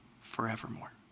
forevermore